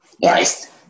yes